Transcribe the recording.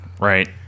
right